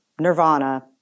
Nirvana